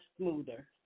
smoother